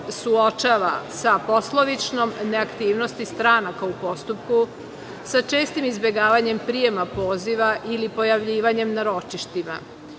suočava sa poslovičnom neaktivnosti stranaka u postupku, sa čestim izbegavanjem prijema poziva ili pojavljivanjem na ročištima.